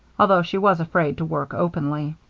although she was afraid to work openly.